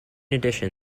addition